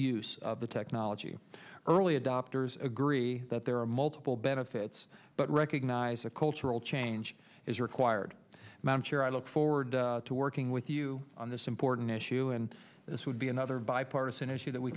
of technology early adopters agree that there are multiple benefits but recognize a cultural change is required here i look forward to working with you on this important issue and this would be another bipartisan issue that we